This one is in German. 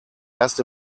erst